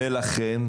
סליחה,